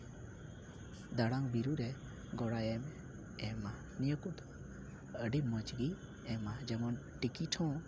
ᱫᱟᱬᱟᱱ ᱵᱤᱨᱩ ᱨᱮ ᱜᱚᱲᱚᱭ ᱮᱢᱟ ᱱᱤᱭᱟᱹ ᱠᱚᱫᱚ ᱟᱹᱰᱤ ᱢᱚᱡᱽ ᱜᱮ ᱮᱢᱟ ᱡᱮᱢᱚᱱ ᱴᱤᱠᱤᱴ ᱦᱚᱸ